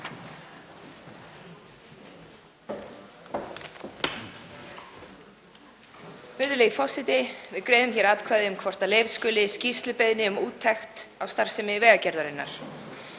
Virðulegi forseti. Við greiðum hér atkvæði um hvort leyfð skuli skýrslubeiðni um úttekt á starfsemi Vegagerðarinnar.